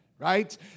right